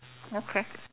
okay